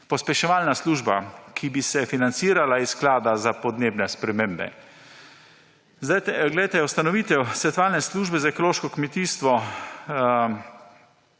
pospeševalna služba, ki bi se financirala iz Sklada za podnebne spremembe. Ustanovitev svetovalne službe za ekološko kmetijstvo,